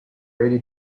ready